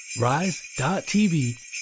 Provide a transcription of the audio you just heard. Rise.tv